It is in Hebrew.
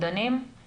הנוגדנים